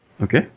Okay